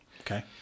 Okay